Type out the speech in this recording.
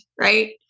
right